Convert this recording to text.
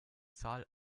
zahl